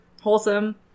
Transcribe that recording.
wholesome